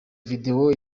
videwo